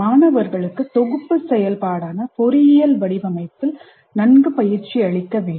மாணவர்களுக்கு தொகுப்பு செயல்பாடான பொறியியல் வடிவமைப்பில் நன்கு பயிற்சி அளிக்க வேண்டும்